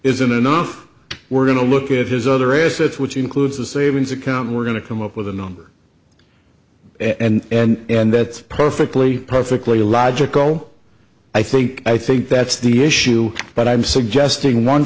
isn't enough we're going to look at his other assets which includes a savings account we're going to come up with a number and that's perfectly perfectly logical i think i think that's the issue but i'm suggesting one